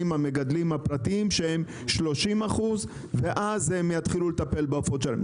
המגדלים הפרטיים שהם 30% ואז הם יתחילו לטפל בעופות שלהם.